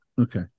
Okay